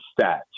stats